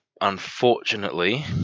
Unfortunately